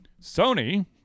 Sony